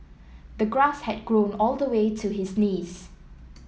the grass had grown all the way to his knees